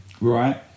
right